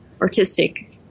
artistic